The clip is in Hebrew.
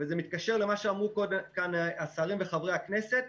וזה מתקשר למה שאמרו כאן השרים וחברי הכנסת,